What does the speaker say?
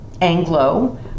Anglo